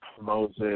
Moses